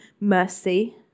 mercy